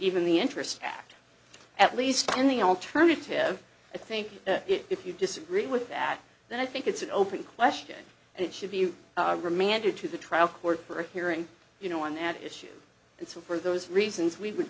even the interest act at least in the alternative i think if you disagree with that then i think it's an open question and it should be remanded to the trial court for a hearing you know one at issue and so for those reasons we would